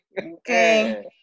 Okay